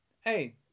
Hey